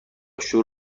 شور